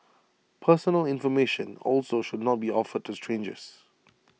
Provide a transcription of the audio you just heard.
personal information also should not be offered to strangers